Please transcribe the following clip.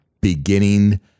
beginning